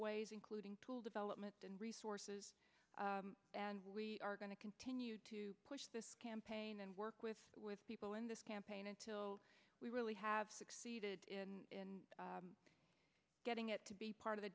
ways including tool development and resources and we are going to continue to push this campaign and work with with people in this campaign until we really have succeeded in getting it to be part of the